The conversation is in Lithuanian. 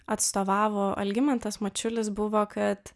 atstovavo algimantas mačiulis buvo kad